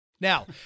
Now